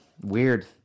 weird